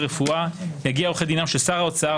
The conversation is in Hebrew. ברפואה יגיעו עורכי דינם של שר האוצר,